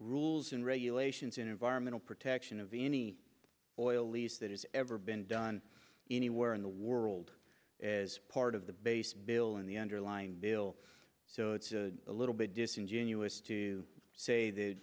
rules and regulations in environmental protection of any oil lease that has ever been done anywhere in the world as part of the base bill in the underlying bill so it's a little bit disingenuous to say that